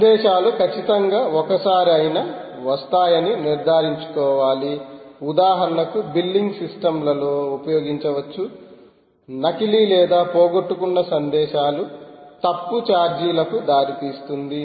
సంధెశాలు కచ్చితంగా ఒకసారి అయిన వస్తాయని నిర్ధారించుకోవాలి ఉదాహరణకు బిల్లింగ్ సిస్టమ్ లలో ఉపయోగించవచ్చు నకిలీ లేదా పోగొట్టుకున్న సందేశాలు తప్పు ఛార్జీలకు దారితీస్తుంధి